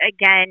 again